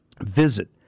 Visit